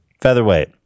featherweight